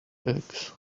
eggs